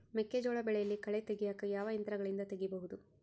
ಮೆಕ್ಕೆಜೋಳ ಬೆಳೆಯಲ್ಲಿ ಕಳೆ ತೆಗಿಯಾಕ ಯಾವ ಯಂತ್ರಗಳಿಂದ ತೆಗಿಬಹುದು?